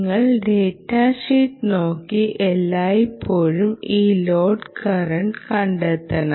നിങ്ങൾ data sheet നോക്കി എല്ലായ്പ്പോഴും ഈ ലോഡ് കറന്റ് കണ്ടെത്തണം